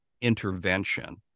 intervention